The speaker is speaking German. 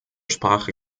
sprache